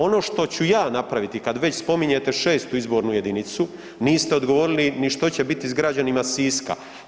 Ono što ću ja napraviti kad već spominjete VI. izbornu jedinicu, niste odgovorili ni što će biti s građanima Siska.